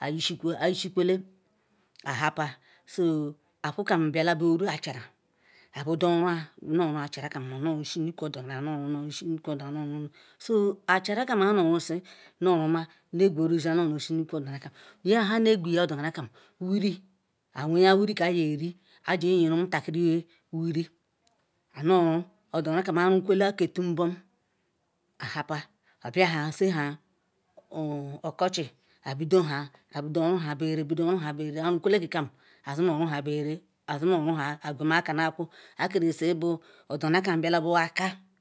anyisikuu anyisikwole ahapu so ekwu biala beoru achara abido orua norua acharakam nuoru neyisi nu Ikun odogara nuoru neyisi nu-ikun odogara nuoru neyisi nu-ikun odogara nuoru neyisi nu ikun odogara nuoru, so acharakam ano orusi nu. Oruma nekwerusiya neyisi nu Ikun odogara yanhe ne-gweya odogarakam wuri aweya wuri ke Iyari Ijaye omutokiri wuri, anoru, odogara arukwole ke turbom ahapua biaha si ha okochi abidoha bidoruha bidoruha bebere bidoruha bebere arukwole ke kam azinoruha bebere azinoruha aqweme aka naku nha kanesi bu odogarakam biala beka.